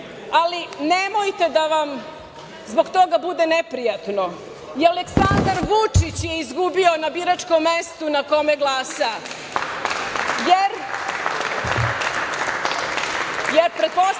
Nemojte da vam zbog toga bude neprijatno, i Aleksandar Vučić je izgubio na biračkom mestu na kome glasa.